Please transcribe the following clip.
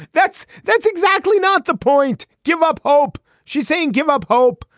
that's that's exactly not the point give up hope. she's saying give up hope.